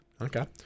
Okay